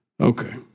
Okay